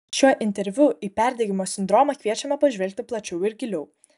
šiuo interviu į perdegimo sindromą kviečiame pažvelgti plačiau ir giliau